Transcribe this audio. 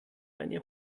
eine